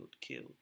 killed